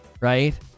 Right